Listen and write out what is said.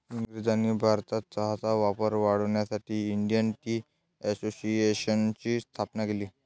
इंग्रजांनी भारतात चहाचा वापर वाढवण्यासाठी इंडियन टी असोसिएशनची स्थापना केली